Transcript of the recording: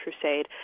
crusade